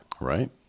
Right